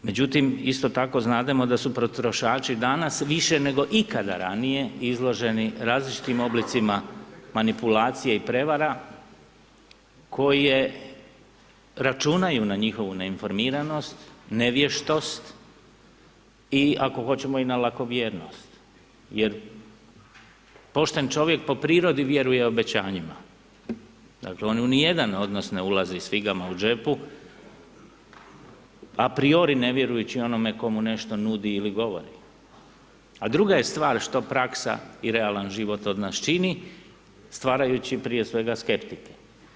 Međutim, isto tako znademo da su potrošači danas više nego ikada ranije izloženi različitim oblicima manipulacije i prevara koje računaju na njihovu neinformiranost, nevještost i ako hoćemo i lakovjernost, jer pošten čovjek po prirodi vjeruje obećanjima, dakle on ni u jedan odnos ne ulazi s figama u džepu apriori ne vjerujući onome tko mu nešto nudi i govori, a druga je stvar što praksa i realan život od nas čini, stvarajući prije svega skeptike.